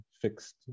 fixed